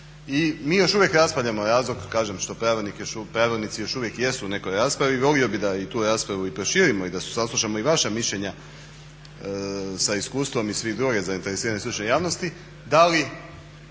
i mi još uvijek raspravljamo razlog što pravilnici još uvijek jesu u nekoj raspravi i volio bih da tu raspravu i proširimo i da saslušamo i vaša mišljenja sa iskustvom i svih drugih zainteresiranih stručne javnosti da li